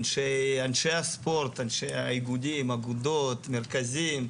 אנשי הספורט, אנשי האיגודים, אגודות, מרכזים,